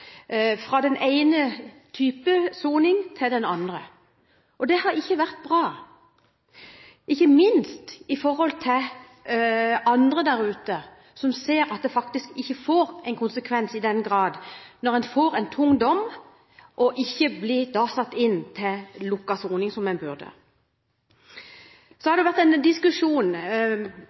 fra en type soning til en annen. Det er ikke bra – ikke minst overfor andre der ute som ser at det faktisk ikke får konsekvenser når man får en tung dom og ikke blir satt inn til lukket soning, som en burde. Det har vært en diskusjon